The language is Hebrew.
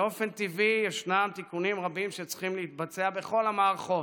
באופן טבעי ישנם תיקונים רבים שצריכים להתבצע בכל המערכות.